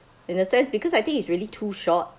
in a sense because I think it's really too short